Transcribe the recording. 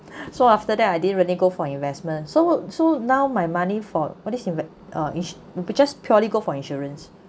so after that I didn't really go for investments so so now my money for what did she w~ uh we just purely go for insurance